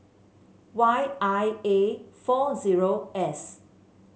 Y I A four zero S